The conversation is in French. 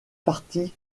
parties